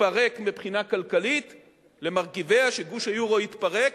תתפרק מבחינה כלכלית למרכיביה, גוש היורו יתפרק,